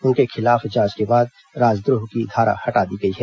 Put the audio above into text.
उनके खिलाफ जांच के बाद राजद्रोह की धारा हटा दी गई है